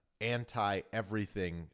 anti-everything